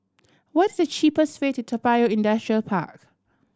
what's the cheapest way to Toa Payoh Industrial Park